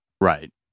Right